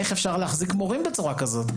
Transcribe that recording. איך אפשר להחזיק מורים בצורה כזאת?